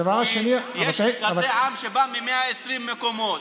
כי יש כזה עם שבא מ-120 מקומות,